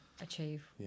achieve